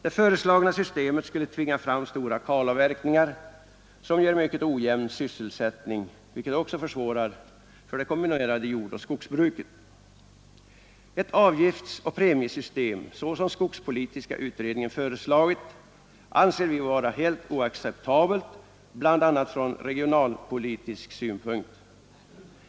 Det föreslagna systemet skulle tvinga fram stora kalavverkningar, som ger mycket ojämn sysselsättning, vilket också försvårar för det kombinerade jordoch skogbruket. Ett avgiftsoch premiesystem, såsom skogspolitiska utredningen föreslagit, anser vi vara helt oacceptabelt bl.a. från regionalpolitisk synpunkt.